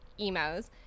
emos